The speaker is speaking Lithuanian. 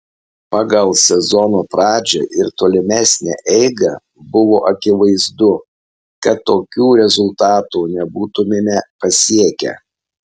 pagal sezono pradžią ir tolimesnę eigą buvo akivaizdu kad tokių rezultatų nebūtumėme pasiekę